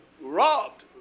robbed